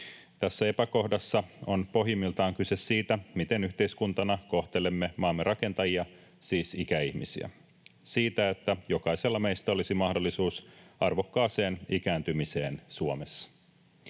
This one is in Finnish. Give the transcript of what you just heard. Tässä epäkohdassa on pohjimmiltaan kyse siitä, miten yhteiskuntana kohtelemme maamme rakentajia, siis ikäihmisiä; siitä, että jokaisella meistä olisi mahdollisuus arvokkaaseen ikääntymiseen Suomessa.